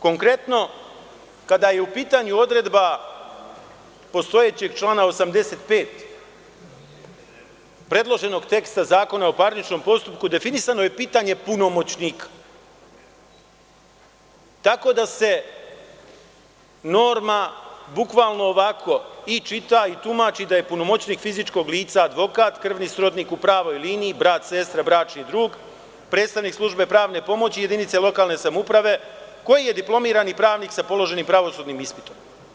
Konkretno, kada je u pitanju odredba postojećeg člana 85. predloženog teksta Zakona o parničnom postupku, definisano je pitanje punomoćnika, tako da se norma bukvalno ovako i čita i tumači da je punomoćnik fizičkog lica advokat, krvni srodnik u pravoj liniji, brat, sestra, bračni drug, predstavnik službe pravne pomoći, jedinice lokalne samouprave koji je diplomirani pravnik sa položenim pravosudnim ispitom.